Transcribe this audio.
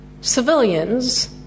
civilians